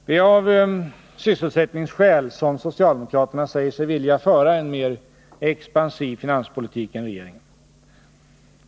Det är av sysselsättningsskäl som socialdemokraterna säger sig vilja föra en mer expansiv finanspolitik än regeringen.